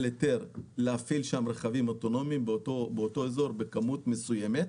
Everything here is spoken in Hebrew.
היתר להפעיל שם רכבים אוטונומיים באותו אזור בכמות מסוימת.